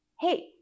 hey